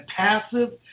passive